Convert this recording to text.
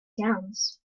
sounds